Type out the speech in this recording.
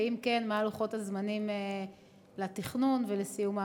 ואם כן, מה הם לוחות הזמנים לתכנון ולסיום העבודה?